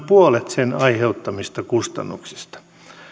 puolet sen aiheuttamista kustannuksista